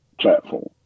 platform